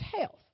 health